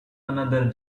another